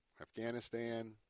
Afghanistan